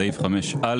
בסעיף 5א